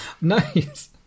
Nice